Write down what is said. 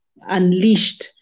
unleashed